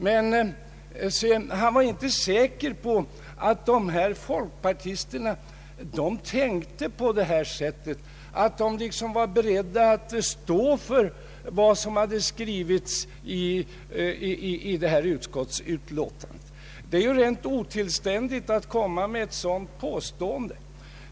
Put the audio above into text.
Men han var inte säker på att dessa folkpartister var beredda att stå för vad som hade skrivits i utskottsutlåtandet. Det är rent otillständigt att komma med ett sådant påstående.